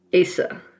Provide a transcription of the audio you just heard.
Asa